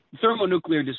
thermonuclear